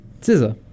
Scissor